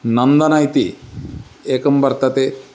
नन्दन इति एकं वर्तते